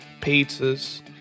pizzas